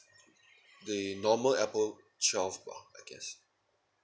the normal Apple twelve bah I guess